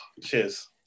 cheers